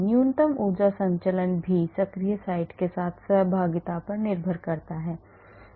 न्यूनतम ऊर्जा संचलन भी सक्रिय साइट के साथ सहभागिता पर निर्भर करता है